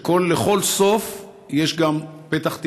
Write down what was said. שלכל סוף יש גם פתח תקווה.